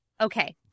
Okay